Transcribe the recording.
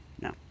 No